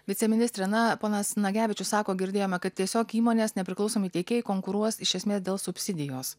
viceministre na ponas nagevičius sako girdėjome kad tiesiog įmonės nepriklausomi tiekėjai konkuruos iš esmės dėl subsidijos